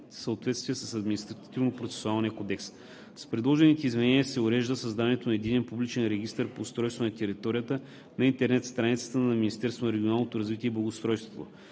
съответствие с Административнопроцесуалния кодекс. С предложените изменения се урежда създаването на Единен публичен регистър по устройство на територията на интернет страницата на Министерството